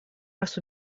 раз